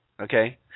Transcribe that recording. Okay